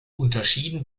unterschieden